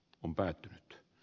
on päättynyt